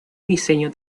diseño